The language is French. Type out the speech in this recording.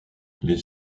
les